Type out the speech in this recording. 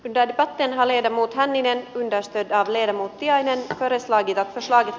idea debattenhalinen muuttaminen estetään leena tiainen edes vaikeata saada